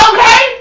Okay